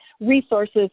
resources